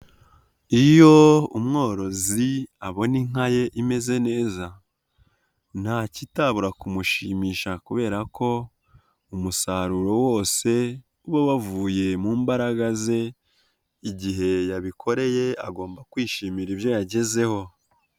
Iyo umworozi abona inka ye imeze neza, nta kitabura kumushimisha kubera ko umusaruro wose uba wavuye mu mbaraga ze, igihe yabikoreye, agomba kwishimira ibyo yagezeho.